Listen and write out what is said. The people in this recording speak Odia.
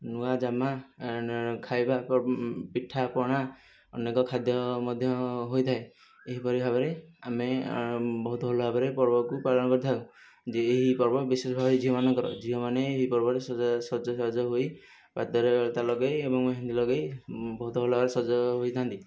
ନୂଆ ଜାମା ଖାଇବାକୁ ପିଠାପଣା ଅନେକ ଖାଦ୍ୟ ମଧ୍ୟ ହୋଇଥାଏ ଏହିପରି ଭାବରେ ଆମେ ବହୁତ ଭଲ ଭାବରେ ପର୍ବକୁ ପାଳନ କରିଥାଉ ଏହି ପର୍ବ ବିଶେଷ ଭାବରେ ଝିଅ ମାନଙ୍କର ଝିଅମାନେ ଏହି ପର୍ବରେ ସଜସାଜ ହୋଇ ପାଦରେ ଅଳତା ଲଗାଇ ଏବଂ ମେହେନ୍ଦି ଲଗାଇ ବହୁତ ଭଲ ଭାବରେ ସଜ ହୋଇଥାନ୍ତି